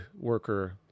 worker